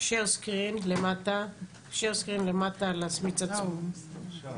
מקצר משמעותית את תקופת המאסר, פי שלושה